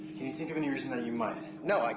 can you think of any reason ah you might? no. like